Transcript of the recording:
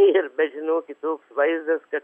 ir bet žinokit toks vaizdas kad